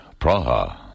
Praha